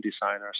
designers